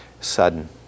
sudden